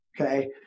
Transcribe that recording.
okay